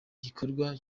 gikorwa